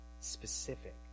specific